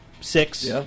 six